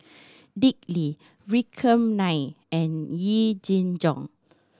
Dick Lee Vikram Nair and Yee Jenn Jong